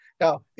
Now